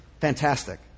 Fantastic